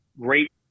great